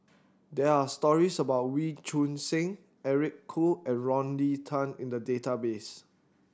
there are stories about Wee Choon Seng Eric Khoo and Rodney Tan in the database